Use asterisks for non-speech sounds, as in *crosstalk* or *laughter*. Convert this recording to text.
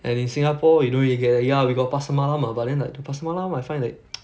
and in singapore you don't really get a ya we got pasar malam lah but then like the pasar malam I find that *noise*